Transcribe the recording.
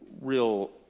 Real